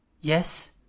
Yes